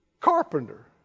Carpenter